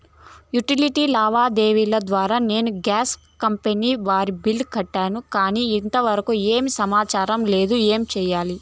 Utility లావాదేవీల ద్వారా నేను గ్యాస్ కంపెని వారి బిల్లు కట్టాను కానీ ఇంతవరకు ఏమి సమాచారం లేదు, ఏమి సెయ్యాలి?